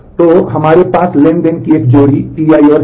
तो अगर हमारे पास ट्रांज़ैक्शन की एक जोड़ी है Ti और Tj